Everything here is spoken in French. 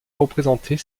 représenter